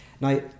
Now